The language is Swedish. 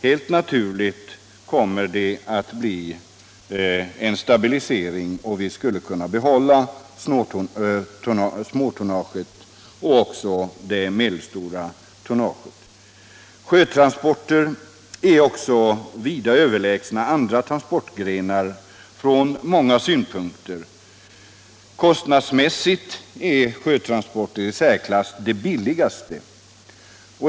Helt naturligt skulle det medföra en stabilisering, och vi skulle kunna behålla småtonnaget och även det medelstora tonnaget. Sjötransporter är också från många synpunker vida överlägsna andra transportgrenar. Kostnadsmässigt är sjötransporter de i särklass billigaste.